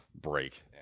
break